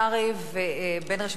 ברשימת הדוברים,